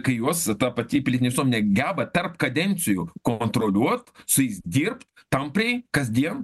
kai juos ta pati pilietinė visuomenė geba tarp kadencijų kontroliuot su jais dirbt tampriai kasdien